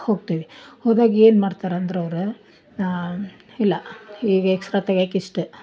ಹೋಗ್ತೀವಿ ಹೋದಾಗ ಏನು ಮಾಡ್ತರಂದ್ರೆ ಅವರು ಇಲ್ಲ ಈಗ ಎಕ್ಸ್ರ ತೆಗಿಯಾಕೆ ಇಷ್ಟೆ